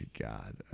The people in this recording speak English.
God